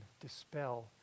dispel